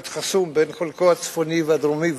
חסום בין חלקו הצפוני וחלקו הדרומי,